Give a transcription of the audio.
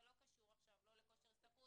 זה לא קשור עכשיו לכושר השתכרות.